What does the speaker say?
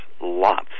lots